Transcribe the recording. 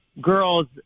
girls